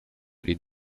les